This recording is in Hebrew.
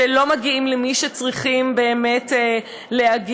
שלא מגיעים למי שהם צריכים באמת להגיע,